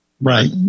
Right